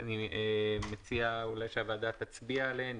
אני חושב שצריך להוסיף שני דברים